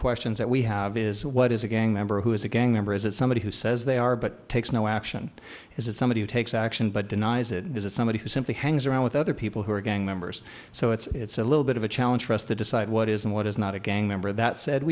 questions that we have is what is a gang member who is a gang member is it somebody who says they are but takes no action is it somebody who takes action but denies it and is it somebody who simply hangs around with other people who are gang members so it's a little bit of a challenge for us to decide what is and what is not a gang member that said